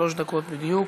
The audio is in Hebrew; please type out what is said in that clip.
שלוש דקות בדיוק.